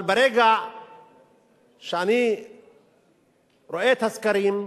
אבל ברגע שאני רואה את הסקרים,